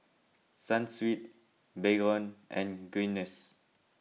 Sunsweet Baygon and Guinness